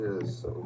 Yes